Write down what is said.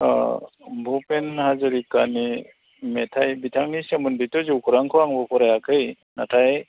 अ भुपेन हाजरिकानि मेथाइ बिथांनि सोमोन्दोयैथ' जिउखौरांखौ आंबो फरायाखै नाथाय